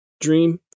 dream